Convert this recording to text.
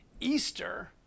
Easter